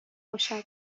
باشد